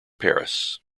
paris